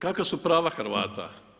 Kakva su prava Hrvata?